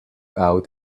out